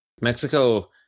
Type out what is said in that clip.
Mexico